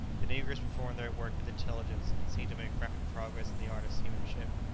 the negroes performed their work with intelligence, and seemed to make rapid progress in the art of seamanship.